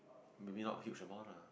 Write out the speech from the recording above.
maybe not huge amount lah